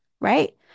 right